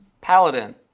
Paladin